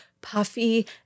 puffy